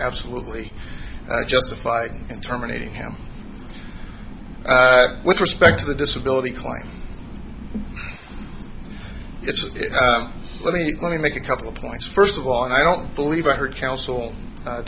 absolutely justified in terminating him but with respect to the disability claim it's a let me let me make a couple of points first of all i don't believe i heard counsel